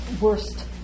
worst